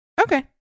Okay